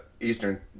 Eastern